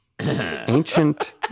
Ancient